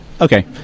Okay